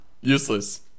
useless